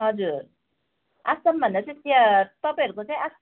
हजुर आसामभन्दा चाहिँ चिया तपाईँहरूको चाहिँ आ